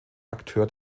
akteur